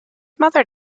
mother